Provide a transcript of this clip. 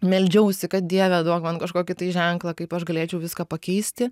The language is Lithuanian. meldžiausi kad dieve duok man kažkokį tai ženklą kaip aš galėčiau viską pakeisti